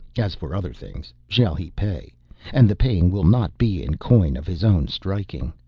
as for other things, shall he pay and the paying will not be in coin of his own striking.